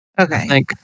Okay